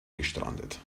gestrandet